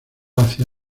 hacia